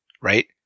right